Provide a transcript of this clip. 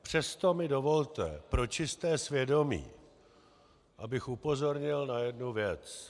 Přesto mi dovolte pro čisté svědomí, abych upozornil na jednu věc.